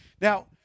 Now